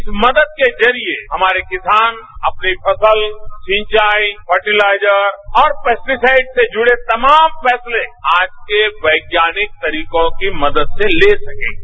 इस मदद के जरिए हमारे किसान अपनी फसल सिंचाई फर्टिलाइजर और पेस्टसाइड्ज से जुड़े तमाम फैसले आज के वैज्ञानिक तरीकों की मदद से ले सकेंगे